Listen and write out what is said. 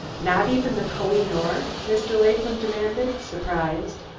not even the koh-i-noor? mr. latham demanded, surprised.